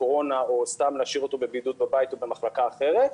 קורונה או סתם להשאיר אותו בבידוד בבית או במחלקה אחרת,